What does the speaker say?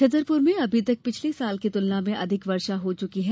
छतरपुर में अभी तक पिछले साल की तुलना में अधिक वर्षा हो चुकी है